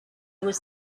was